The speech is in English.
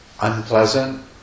unpleasant